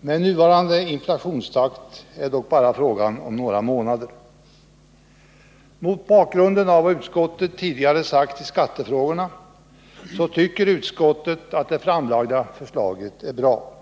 Med nuvarande inflationstakt är det dock bara fråga om några månader. Mot bakgrund av vad utskottet tidigare sagt i skattefrågorna tycker utskottet att det framlagda förslaget är bra.